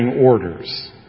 orders